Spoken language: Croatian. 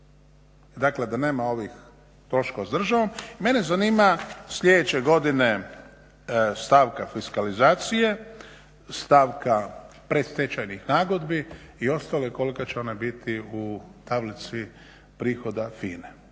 dakle da nema ovih troškova s državom. Mene zanima sljedeće godine stavka fiskalizacije stavka predstečajnih nagodbi i ostale koliko će ona biti u tablici prihoda FINA-e.